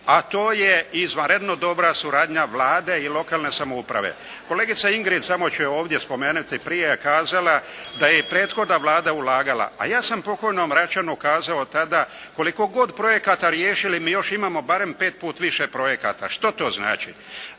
a to je izvanredno dobra suradnja Vlade i lokalne samouprave. Kolegica Ingrid, samo ću je ovdje spomenuti, prije je kazala, da je prethodna Vlada ulagala. A ja sam pokojnom Račanu kazao tada koliko god projekata riješili mi još imamo barem pet puta više projekata. Što to znači?